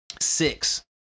Six